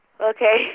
Okay